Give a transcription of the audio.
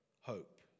hope